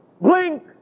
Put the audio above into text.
blink